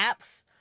apps